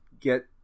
get